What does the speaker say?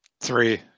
Three